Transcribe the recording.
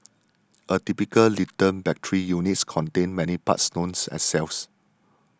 a typical lithium battery unit contains many parts known as cells